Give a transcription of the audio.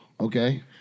Okay